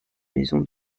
maison